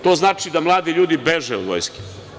To znači da mladi ljudi beže od vojske.